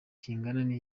kingana